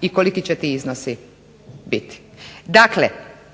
i koliki će ti iznosi biti.